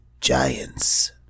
giants